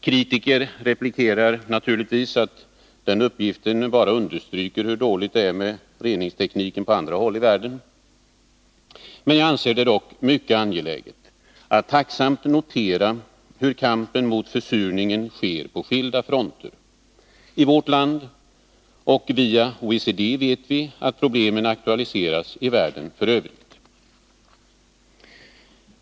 Kritiker replikerar naturligtvis att den uppgiften bara understryker hur dåligt det är med reningstekniken på andra håll i världen. Jag anser det dock angeläget att tacksamt notera hur kampen mot försurningen förs på skilda fronter, i vårt land likaväl som på andra håll. Via OECD vet vi att problemet aktualiseras i världen f. ö.